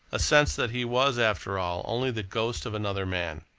a sense that he was, after all, only the ghost of another man,